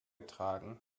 tragen